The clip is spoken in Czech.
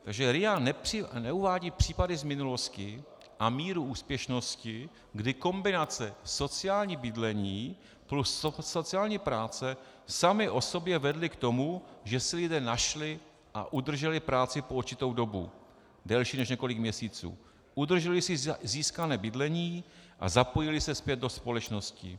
Takže RIA neuvádí případy z minulosti a míru úspěšnosti, kdy kombinace sociální bydlení plus sociální práce sami o sobě vedly k tomu, že si lidé našli a udrželi práci po určitou dobu delší než několik měsíců, udrželi si získané bydlení a zapojili se zpět do společnosti.